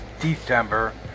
December